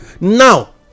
Now